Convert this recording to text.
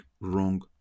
wrong